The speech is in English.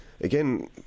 Again